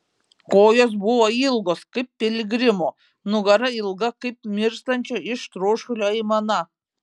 kojos buvo ilgos kaip piligrimo nugara ilga kaip mirštančio iš troškulio aimana